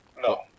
No